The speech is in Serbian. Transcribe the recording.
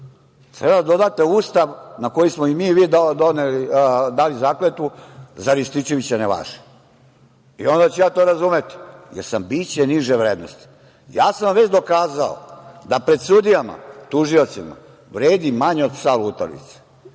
Treba da dodate u Ustav na koji smo i mi i vi dali zakletvu - za Rističevića ne važi. Onda ću ja to razumeti, jer sam biće niže vrednosti. Ja sam vam već dokazao da pred sudijama, tužiocima vredim manje od psa